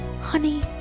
Honey